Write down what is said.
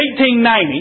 1890